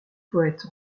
poète